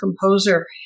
composer